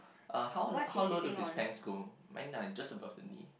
uh how how low do his pants go mine are just above the knee